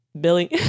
Billy